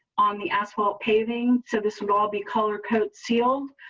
on the asphalt paving so this will all be color coded sealed.